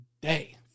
day